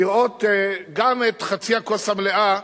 לראות גם את חצי הכוס המלאה,